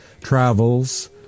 travels